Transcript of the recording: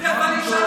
תכף אני אשאל